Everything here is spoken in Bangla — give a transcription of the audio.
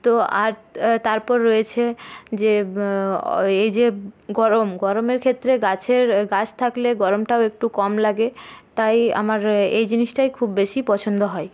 তো আর তারপর রয়েছে যে অ এই যে গরম গরমের ক্ষেত্রে গাছের গাছ থাকলে গরমটাও একটু কম লাগে তাই আমার এই জিনিসটাই খুব বেশি পছন্দ হয়